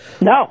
No